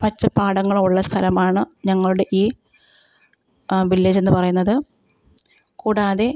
പച്ചപ്പാടങ്ങളും ഉള്ള സ്ഥലമാണ് ഞങ്ങളുടെ ഈ വില്ലേജെന്നു പറയുന്നത് കൂടാതെ